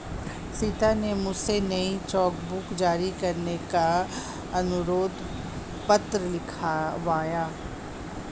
सीता ने मुझसे नई चेक बुक जारी करने का अनुरोध पत्र लिखवाया